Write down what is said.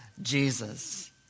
Jesus